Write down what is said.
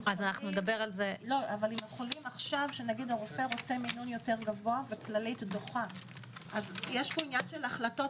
נאמר שהחולה רוצה מינון יותר גבוה וכללי דוחה - יש עניין של החלטות,